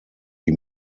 die